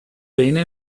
bene